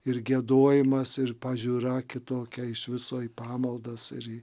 ir giedojimas ir pažiūra kitokia iš viso į pamaldas ir į